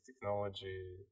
technology